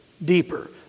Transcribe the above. deeper